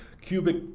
cubic